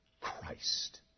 Christ